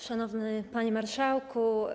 Szanowny Panie Marszałku!